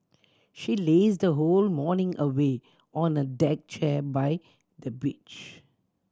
she lazed whole morning away on a deck chair by the beach